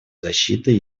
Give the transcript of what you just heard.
защитой